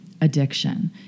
addiction